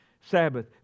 Sabbath